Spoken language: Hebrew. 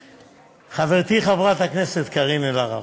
חברתי חברת הכנסת קארין אלהרר,